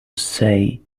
say